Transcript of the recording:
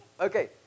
Okay